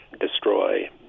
destroy